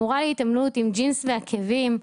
המורה להתעמלות עם ג'ינס ועקבים,